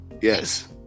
Yes